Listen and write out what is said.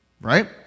Right